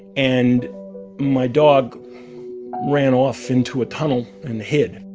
and my dog ran off into a tunnel and hid